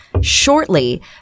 shortly